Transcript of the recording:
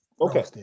Okay